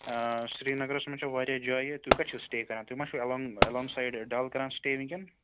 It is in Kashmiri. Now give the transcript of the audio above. سریٖنگرَس منٛز چھِ واریاہ جایہِ تُہۍ کَتہِ چھُو سِٹے کران تُہۍ مَہ چھُو اٮ۪لانٛگ اٮ۪لانٛگ سایڈ ڈَل کران سِٹے وٕنۍکٮ۪ن